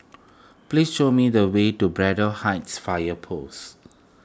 please show me the way to Braddell Heights Fire Post